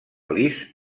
lis